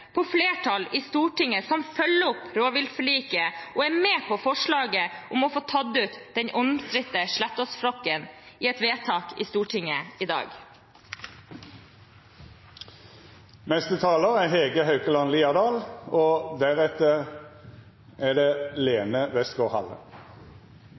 på et flertall i Stortinget som følger opp rovviltforliket og er med på forslaget om å få tatt ut den omstridte Slettås-flokken, i et vedtak i Stortinget i dag. Jeg vil benytte anledningen til å si at jeg synes det